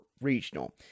Regional